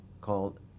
Called